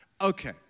Okay